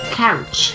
couch